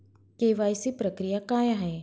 KYC प्रक्रिया काय आहे?